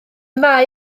mae